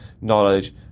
knowledge